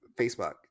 facebook